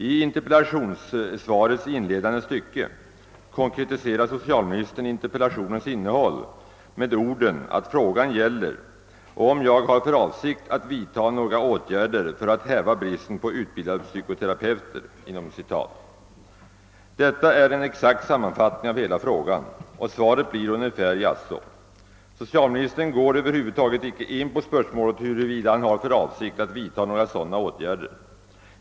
I interpellationssvarets inledande stycke konkretiserar socialministern interpellationens innehåll med orden att frågan gäller »om jag har för avsikt att vidta några åtgärder för att häva bristen på utbildade psykoterapeuter». Detta är en exakt sammanfattning av hela frågan. Svaret blir ungefär »jaså». Socialministern går över huvud taget inte in på spörsmålet huruvida han har för avsikt att vidta några sådana åtgärder.